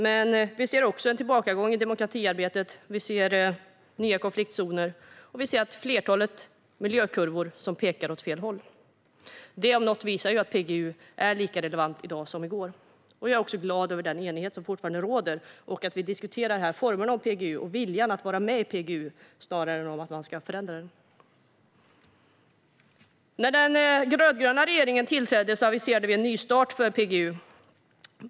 Men vi ser också en tillbakagång i demokratiarbetet. Vi ser nya konfliktzoner, och vi ser att flertalet miljökurvor pekar åt fel håll. Detta om något visar att PGU är lika relevant i dag som i går. Jag är glad över den enighet som fortfarande råder och över att vi här diskuterar formerna för PGU och viljan att vara med i PGU, snarare än att förändra den. När den rödgröna regeringen tillträdde aviserade vi en nystart för PGU.